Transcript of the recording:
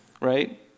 Right